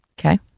Okay